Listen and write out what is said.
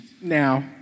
Now